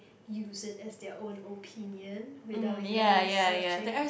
use it as their own opinion without even researching